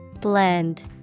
Blend